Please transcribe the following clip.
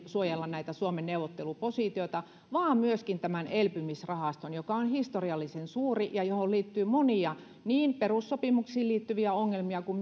suojella näitä suomen neuvottelupositioita vaan myöskin tämän elpymisrahaston joka on historiallisen suuri ja johon liittyy monia ongelmia niin perussopimuksiin liittyviä ongelmia